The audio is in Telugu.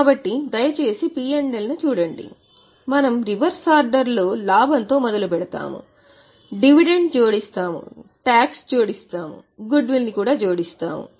కాబట్టి దయచేసి పి ఎల్ ను చూడండి మనం రివర్స్ ఆర్డర్లో లాభం తో మొదలుపెడతాము డివిడెండ్ జోడించి టాక్స్ జోడించి గుడ్ విల్ కూడా జోడించండి